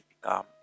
become